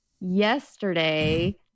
Yesterday